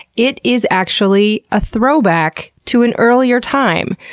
it is actually a throwback to an earlier time.